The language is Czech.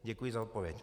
Děkuji za odpověď.